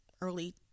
early